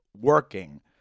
working